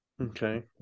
Okay